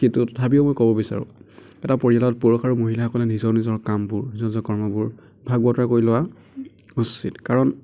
কিন্তু তথাপিও মই ক'ব বিচাৰোঁ এটা পৰিয়ালত পুৰুষ আৰু মহিলাসকলে নিজৰ নিজৰ কামবোৰ নিজৰ নিজৰ কৰ্মবোৰ ভাগ বতৰা কৰি লোৱা উচিত কাৰণ